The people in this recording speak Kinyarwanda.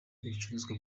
ibicuruzwa